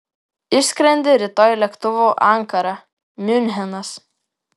išskrendi rytoj lėktuvu ankara miunchenas